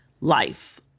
Life